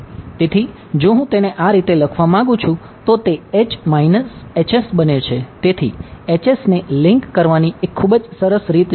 તેથી જો હું તેને આ રીતે લખવા માંગું છું તો તે બને છે તેથી ને લિંક કરવાની એક ખૂબ જ સરસ રીત છે